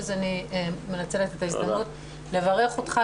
אז אני מנצלת את ההזדמנות לברך אותך,